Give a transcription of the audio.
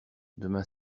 demain